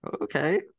Okay